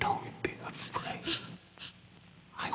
don't i